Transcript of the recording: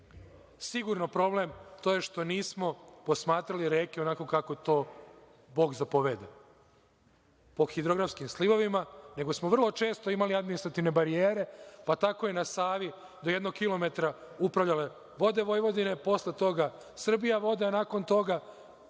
sigurno problem to je što nismo posmatrali reke onako kako to Bog zapoveda, po hidrografskim slivovima, nego smo vrlo često imali administrativne barijere. Tako su na Savi do jednog kilometra upravljale Vode Vojvodine, posle toga Srbijavode, a nakon toga